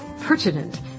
pertinent